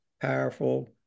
powerful